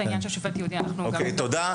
את העניין של השופט הייעודי אנחנו גם -- אוקי תודה,